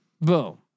boom